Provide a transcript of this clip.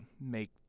make